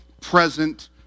present